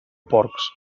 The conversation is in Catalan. porcs